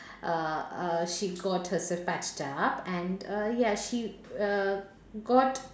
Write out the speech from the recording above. uh uh she got herself patched up and uh ya she uh got